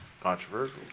controversial